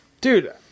Dude